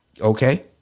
Okay